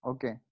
Okay